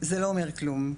זה לא אומר כלום,